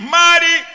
mighty